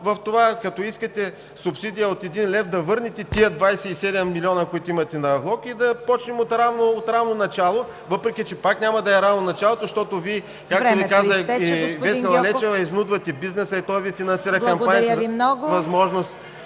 в това, като искате субсидия от един лев, да върнете тези 27 милиона, които имате на влог и да започнем от равно начало, въпреки че пак няма да е равно началото, защото Вие, както Ви каза и Весела Лечева, изнудвате бизнеса и той Ви финансира кампаниите, дава Ви възможност